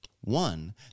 One